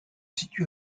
situe